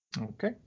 Okay